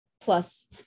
plus